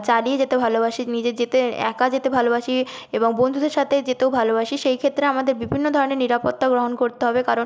চালিয়ে যেতে ভালোবাসি নিজে যেতে একা যেতে ভালোবাসি এবং বন্ধুদের সাথে যেতেও ভালোবাসি সেই ক্ষেত্রে আমাদের বিভিন্ন ধরনের নিরাপত্তা গ্রহণ করতে হবে কারণ